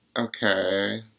Okay